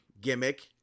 gimmick